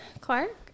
Clark